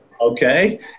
Okay